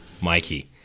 Mikey